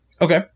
Okay